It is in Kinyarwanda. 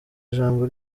ijambo